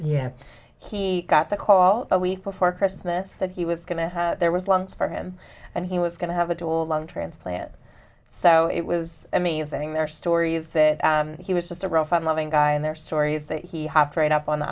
yeah he got the call a week before christmas that he was going to there was lungs for him and he was going to have a dual lung transplant so it was amazing their stories that he was just a real fun loving guy in their stories that he hopped right up on the